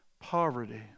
poverty